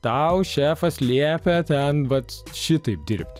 tau šefas liepia ten vat šitaip dirbti